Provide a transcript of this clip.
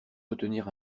retenir